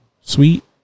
sweet